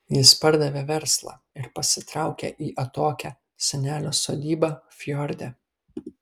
jis pardavė verslą ir pasitraukė į atokią senelio sodybą fjorde